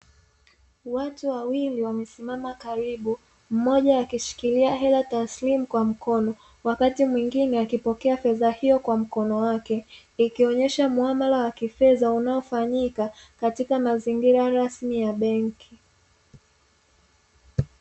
Watu wawili wamesimama karibu, mmoja akishikilia hela taslimu kwa mkono wakati mwingine akipokea fedha hiyo kwa mkono wake, ikionyesha muamala wa kifedha unaofanyika katika mazingira rasmi ya benki.